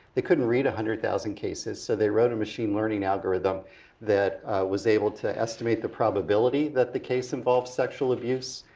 they couldn't read one hundred thousand cases, so they wrote a machine learning algorithm that was able to estimate the probability that the case involved sexual abuse.